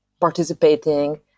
participating